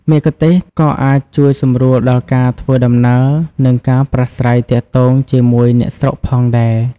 មគ្គុទ្ទេសក៍ក៏អាចជួយសម្រួលដល់ការធ្វើដំណើរ និងការប្រាស្រ័យទាក់ទងជាមួយអ្នកស្រុកផងដែរ។